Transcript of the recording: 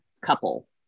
couple